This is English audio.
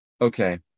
Okay